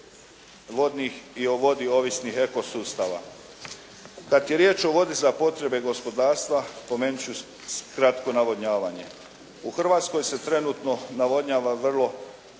vodnih i o vodi ovisnih eko sustava. Kad je riječ o vodi za potrebe gospodarstva pomenut ću kratko navodnjavanje. U Hrvatskoj se trenutno navodnjava vrlo